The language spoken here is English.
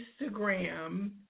Instagram